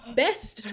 best